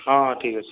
ହଁ ହଁ ଠିକ୍ ଅଛି